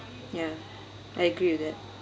ya I agree with that